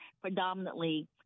predominantly